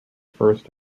first